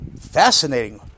fascinating